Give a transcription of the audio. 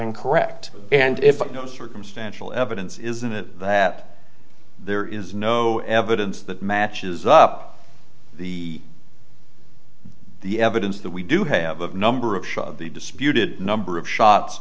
incorrect and if the circumstantial evidence isn't that there is no evidence that matches up the the evidence that we do have a number of the disputed number of shots